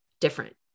different